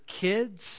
kids